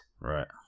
Right